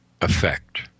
effect